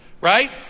Right